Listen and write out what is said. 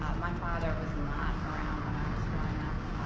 um my father was not around when i was growing up,